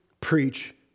preach